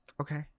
Okay